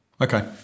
Okay